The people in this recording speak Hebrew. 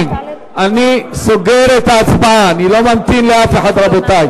אם כן, רבותי, אני סוגר, חבר'ה, מה הולך פה היום?